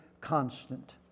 constant